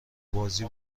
بازی